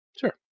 Sure